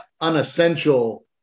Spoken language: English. unessential